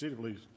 Please